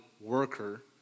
worker